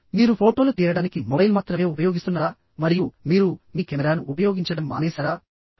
మీరు ఫోటోలు తీయడానికి మొబైల్ మాత్రమే ఉపయోగిస్తున్నారా మరియు మీరు మీ కెమెరాను ఉపయోగించడం మానేశారా